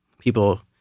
people